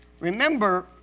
Remember